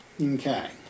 Okay